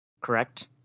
correct